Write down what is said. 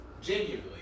genuinely